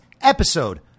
episode